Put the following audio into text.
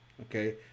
okay